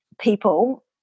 people